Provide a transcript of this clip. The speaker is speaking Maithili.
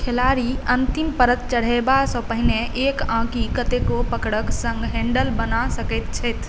खेलाड़ी अंतिम परत चढ़यबासँ पहीने एक आँकि कतेको पकड़क संग हैंडल बना सकैत छथि